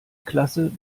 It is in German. klasse